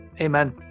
Amen